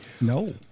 No